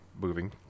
moving